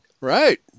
Right